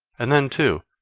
and then, too,